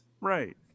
right